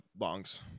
bongs